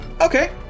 Okay